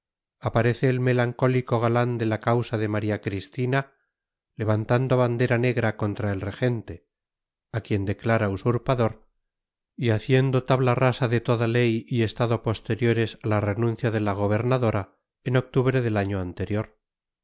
aparece el melancólico galán de la causa de maría cristina levantando bandera negra contra el regente a quien declara usurpador y haciendo tabla rasa de toda ley y estado posteriores a la renuncia de la gobernadora en octubre del año anterior